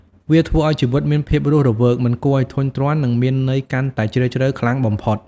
វាធ្វើឱ្យជីវិតមានភាពរស់រវើក មិនគួរឱ្យធុញទ្រាន់ និងមានន័យកាន់តែជ្រាលជ្រៅខ្លាំងបំផុត។